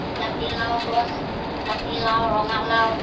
জাতিলাও গছ জাতিলাও ৰঙালাও